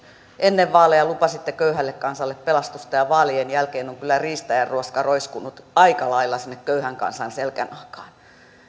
ennen vaaleja lupasitte köyhälle kansalle pelastusta ja vaalien jälkeen on kyllä riistäjän ruoska roiskunut aika lailla sinne köyhän kansan selkänahkaan